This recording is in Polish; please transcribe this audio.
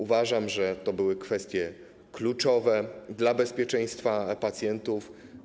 Uważam, że były to kwestie kluczowe dla bezpieczeństwa pacjentów.